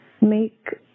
make